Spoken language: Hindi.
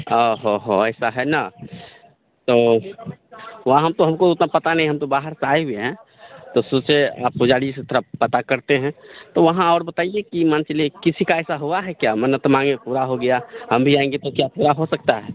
हो हो ऐसा है न तो वहाँ तो हमको उतना पता नहीं हम तो बाहर से आए हुए हैं तो सोचे पुजारी से थोड़ा पता करते हैं तो वहाँ और बताइए कि मान के चलिए किसी का ऐसा हुआ है क्या मन्नत माँगे पूरा हो गया हम भी आएँगे तो क्या पूरा हो सकता है